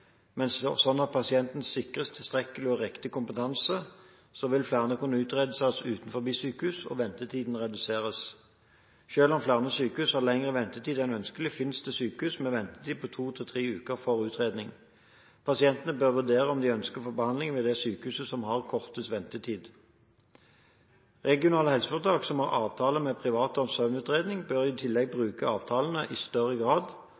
at pasienten sikres tilstrekkelig og riktig kompetanse, vil flere kunne utredes utenfor sykehus og ventetiden reduseres. Selv om flere sykehus har lengre ventetid enn ønskelig, finnes det sykehus med ventetid på to–tre uker for utredning. Pasientene bør vurdere om de ønsker å få behandling ved det sykehuset som har kortest ventetid. Regionale helseforetak som har avtale med private om søvnutredning, bør i tillegg bruke avtalene i større grad